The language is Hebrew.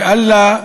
ואל לה,